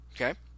Okay